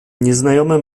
nieznajomy